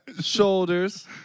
shoulders